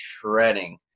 treading